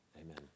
Amen